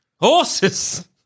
Horses